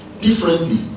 differently